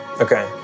Okay